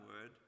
word